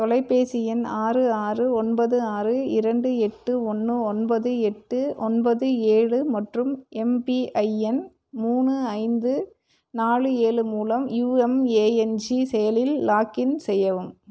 தொலைபேசி எண் ஆறு ஆறு ஒன்பது ஆறு இரண்டு எட்டு ஒன்று ஒன்பது எட்டு ஒன்பது ஏழு மற்றும் எம்பிஐஎன் மூணு ஐந்து நாலு ஏழு மூலம் யுஎம்எஎன்ஜி செயலியில் லாகின் செய்யவும்